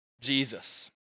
Jesus